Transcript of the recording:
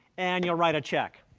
and you'll write a check,